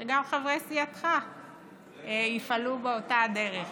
גם חברי סיעתך יפעלו באותה דרך.